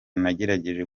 nagerageje